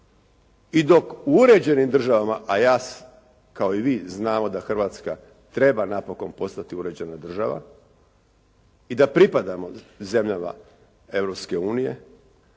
I dok u uređenim državama, a ja kao i vi znamo da Hrvatska treba napokon postati uređena država i da pripadamo zemljama